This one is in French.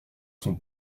son